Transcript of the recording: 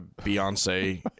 Beyonce